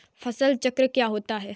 फसल चक्र क्या होता है?